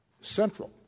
central